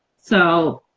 so,